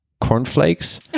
cornflakes